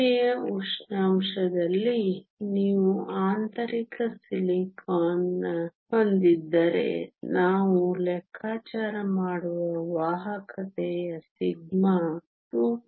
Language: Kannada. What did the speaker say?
ಕೋಣೆಯ ಉಷ್ಣಾಂಶದಲ್ಲಿ ನೀವು ಆಂತರಿಕ ಸಿಲಿಕಾನ್ ಹೊಂದಿದ್ದರೆ ನಾವು ಲೆಕ್ಕಾಚಾರ ಮಾಡುವ ವಾಹಕತೆಯ ಸಿಗ್ಮಾ 2